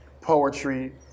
poetry